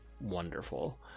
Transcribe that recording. Wonderful